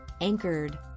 Anchored